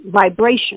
vibration